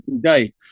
day